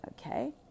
okay